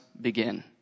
begin